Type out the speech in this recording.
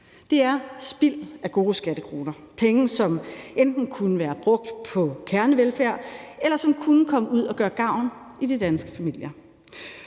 Det er spild af gode skattekroner – penge, som enten kunne være brugt på kernevelfærd, eller som kunne komme ud og gøre gavn i det danske familier.